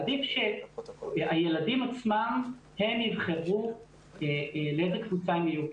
עדיף שהילדים עצמם יבחרו לאיזה קבוצה הם יהיו,